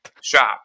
shop